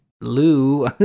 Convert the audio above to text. Lou